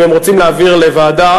אם הם רוצים להעביר לוועדה,